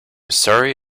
sorry